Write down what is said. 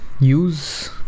use